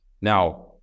Now